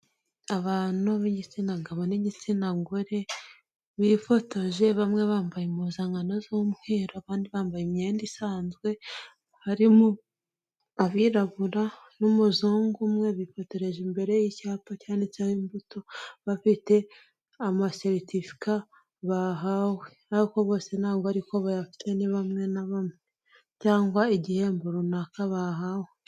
Abantu b'igitsina gabo n'igitsina gore bifotoje, bamwe bambaye impuzankano z'umweru abandi bambaye imyenda isanzwe, harimo abirabura n'umuzungu umwe, bifotoreje imbere y'icyapa cyanditseho imbuto, bafite amaseritifika bahawe, ariko bose ntabwo ari ko bayafite, ni bamwe na bamwe cyangwa igihembo runaka bahawe.